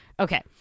Okay